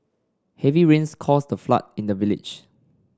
heavy rains caused a flood in the village